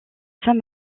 saint